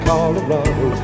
Colorado